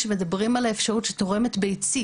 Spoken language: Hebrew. שמדברים על האפשרות של תורמת ביצית.